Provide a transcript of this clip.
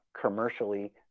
commercially